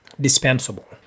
dispensable